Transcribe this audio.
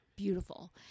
Beautiful